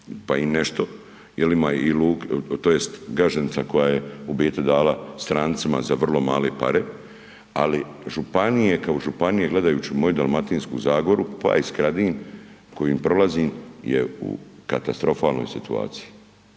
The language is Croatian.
ima i luke, tj. Gaženica koja je u biti dala strancima za vrlo male pare, ali županije kao županije gledajući moju Dalmatinsku zagoru, pa i Skradin kojim prolazim je katastrofalnoj situaciji.